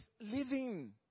living